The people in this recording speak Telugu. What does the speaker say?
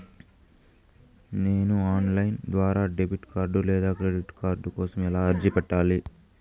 నేను ఆన్ లైను ద్వారా డెబిట్ కార్డు లేదా క్రెడిట్ కార్డు కోసం ఎలా అర్జీ పెట్టాలి?